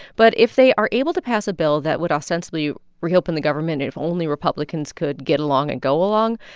but if they are able to pass a bill that would ostensibly reopen the government and if only republicans could get along and go along,